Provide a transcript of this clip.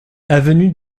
avenue